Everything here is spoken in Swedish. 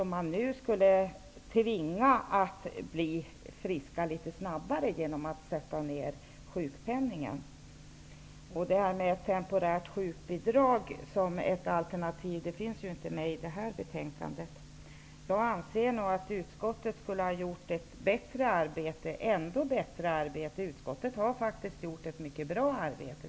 Man skulle nu tvinga dem att bli friska litet snabbare genom att sänka sjukpenningen. Frågan om ett temporärt sjukbidrag som ett alternativ finns inte med i det här betänkandet. Jag anser att utskottet skulle ha kunnat göra ett ännu bättre arbete. Utskottet har förvisso gjort ett mycket bra arbete.